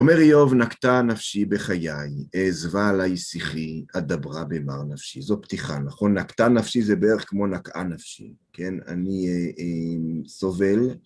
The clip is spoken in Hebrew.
אומר יאוב, נקטה נפשי בחיי אעזבה עלי שיחי אדברה במר נפשי. זו פתיחה, נכון? נקטה נפשי זה בערך כמו נקעה נפשי, כן? אני סובל.